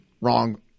wrong